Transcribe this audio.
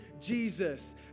Jesus